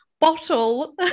bottle